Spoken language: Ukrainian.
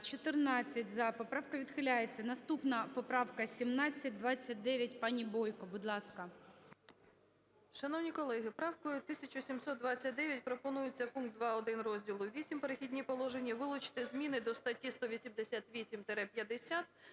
За-14 Поправка відхиляється. Наступна поправка 1729. Пані Бойко, будь ласка. 11:58:44 БОЙКО О.П. Шановні колеги, правкою 1729 пропонується пункт 2.1 розділу VІІІ "Перехідні положення" вилучити зміни до статті 188-50